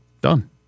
Done